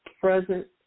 present